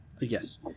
Yes